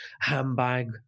handbag